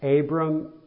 Abram